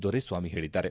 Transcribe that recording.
ದೊರೆಸ್ವಾಮಿ ಹೇಳಿದ್ದಾರೆ